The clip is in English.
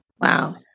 Wow